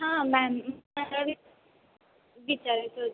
हां मॅम वि विचारायच होतं